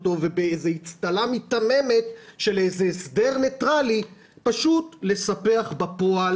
אותו ובאיזו אצטלה מיתממת שלל איזה הסדר ניטרלי פשוט לספח בפועל